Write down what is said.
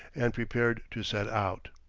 and prepared to set out.